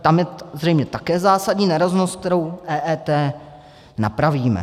Tam je zřejmě také zásadní nerovnost, kterou EET napravíme.